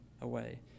away